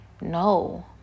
no